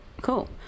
Cool